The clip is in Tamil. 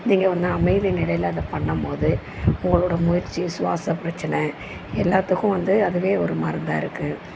நீங்கள் வந்து அமைதி நிலையில் அதை பண்ணும் போது உங்களோடய மூச்சு சுவாச பிரச்சின எல்லாத்துக்குமே வந்து அதுவே ஒரு மருந்தாக இருக்குது